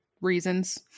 reasons